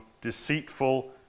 deceitful